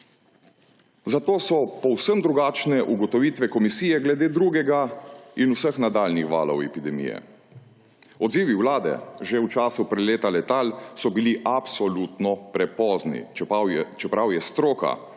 Zato so povsem drugačne ugotovitve komisije glede drugega in vseh nadaljnjih valov epidemije. Odzivi vlade že v času preleta letal so bili absolutno prepozni, čeprav je stroka,